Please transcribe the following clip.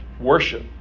worship